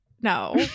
no